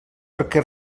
perquè